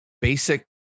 basic